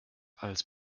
als